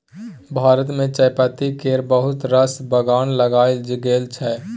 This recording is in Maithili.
भारत मे चायपत्ती केर बहुत रास बगान लगाएल गेल छै